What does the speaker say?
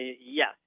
Yes